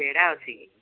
ପେଡ଼ା ଅଛି କି